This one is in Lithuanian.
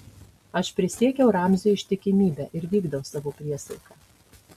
aš prisiekiau ramziui ištikimybę ir vykdau savo priesaiką